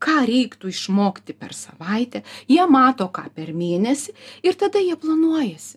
ką reiktų išmokti per savaitę jie mato ką per mėnesį ir tada jie planuojasi